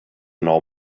know